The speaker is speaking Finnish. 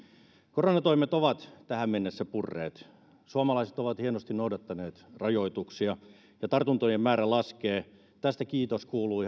koronatoimet ovat tähän mennessä purreet suomalaiset ovat hienosti noudattaneet rajoituksia ja tartuntojen määrä laskee tästä kiitos kuuluu